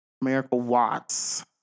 Miracle-Watts